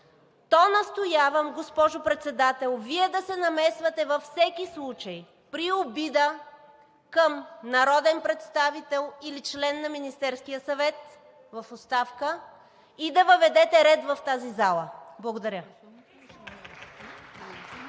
то настоявам, госпожо Председател, Вие да се намесвате във всеки случай при обида към народен представител или член на Министерския съвет в оставка и да въведете ред в тази зала. Благодаря.